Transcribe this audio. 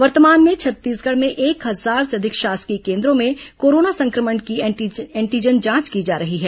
वर्तमान में छत्तीसगढ़ में एक हजार से अधिक शासकीय केन्द्रो में कोरोना संक्रमण की एंटीजन जांच की जा रही हैं